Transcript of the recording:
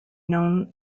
known